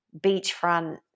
beachfront